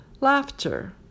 laughter